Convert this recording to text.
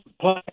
play